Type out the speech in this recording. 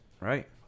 right